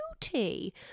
Beauty